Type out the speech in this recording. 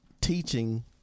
teaching